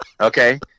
okay